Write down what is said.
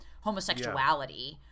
homosexuality